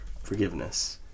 forgiveness